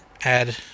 add